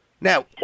Now